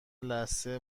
لثه